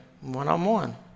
one-on-one